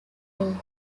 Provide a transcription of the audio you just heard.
road